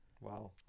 Wow